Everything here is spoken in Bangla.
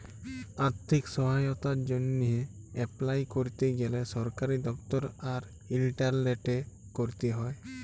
আথ্থিক সহায়তার জ্যনহে এপলাই ক্যরতে গ্যালে সরকারি দপ্তর আর ইলটারলেটে ক্যরতে হ্যয়